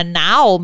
now